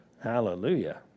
hallelujah